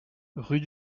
rue